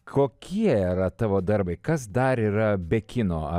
kokie yra tavo darbai kas dar yra be kino